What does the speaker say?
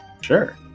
Sure